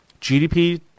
GDP